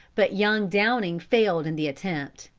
but young downing failed in the attempt.